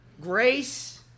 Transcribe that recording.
grace